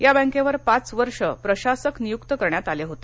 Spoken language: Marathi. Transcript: या बॅंकेवर पाच वर्षे प्रशासक नियुक्त करण्यात आले होते